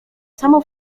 samo